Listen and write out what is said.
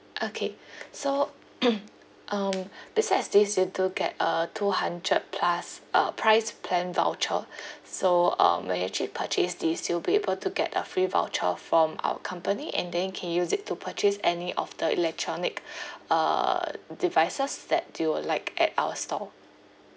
okay so um besides this you do get uh two hundred plus uh price plan voucher so um when you actually purchase this you'll be able to get a free voucher from our company and then you can use it to purchase any of the electronic uh devices that you would like at our store